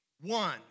One